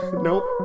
Nope